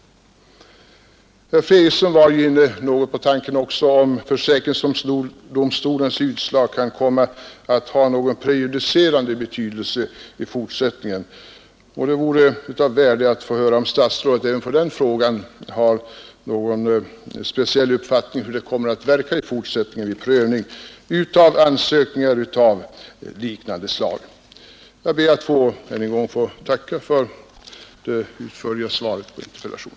Herr Fredriksson var något inne på tanken, om försäkringsdomstolens utslag kan komma att få prejudicerande betydelse i fortsättningen. Det vore även av värde att få höra, om statsrådet har någon speciell uppfattning om hur ansökningar av liknande slag kommer att behandlas i fortsättningen. Jag ber än en gång få tacka för det utförliga svaret på min interpellation.